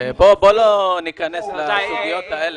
בוא לא ניכנס לסוגיות האלה.